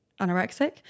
anorexic